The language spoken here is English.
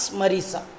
marisa